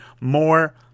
more